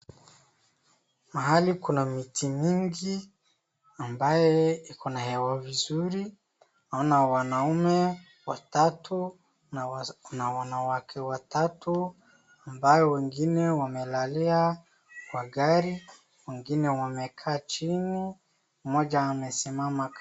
Mahali kuna miti mingi ambaye iko na hewa vizuri, naona wanaume watatu na kuna wanawake watatu ambaye wengine wamelalia kwa gari, wengine wamekaa chini, mmoja amesimama kando.